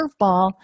curveball